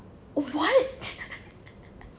what